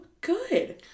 good